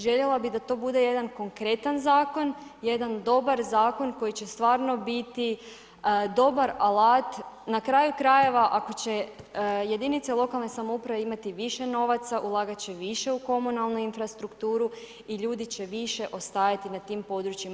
Željela bih da to bude jedan konkretan zakon, jedan dobar zakon koji će stvarno biti dobar alat, na kraju krajeva, ako će jedinice lokalne samouprave imati više novaca, ulagati će više u komunalnu infrastrukturu i ljudi će više ostajati na tim područjima.